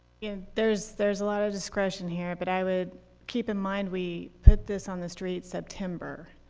yeah there's there's a lot of discretion here, but i would keep in mind we put this on the street september.